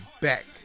back